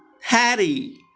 Harry